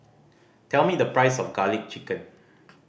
tell me the price of Garlic Chicken